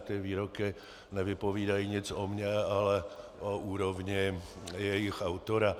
Ty výroky nevypovídají nic o mně, ale o úrovní jejich autora.